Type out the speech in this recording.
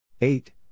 Eight